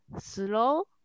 slow